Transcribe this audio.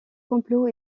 complot